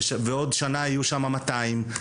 ובעוד שנה יהיו שם מאתיים.